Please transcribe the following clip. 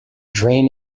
drain